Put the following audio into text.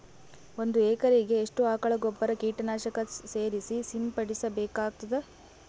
ಒಂದು ಎಕರೆಗೆ ಎಷ್ಟು ಆಕಳ ಗೊಬ್ಬರ ಕೀಟನಾಶಕ ಸೇರಿಸಿ ಸಿಂಪಡಸಬೇಕಾಗತದಾ?